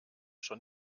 schon